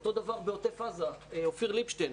אותו דבר בעוטף עזה, אופיר ליבשטיין.